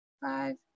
five